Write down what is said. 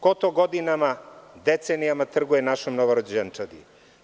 Ko to godinama, decenijama trguje našom novorođenčadi?